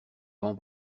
grand